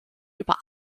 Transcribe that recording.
über